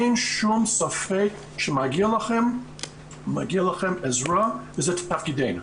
אין שום ספק שמגיעה לכם עזרה וזה תפקידנו.